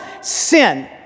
sin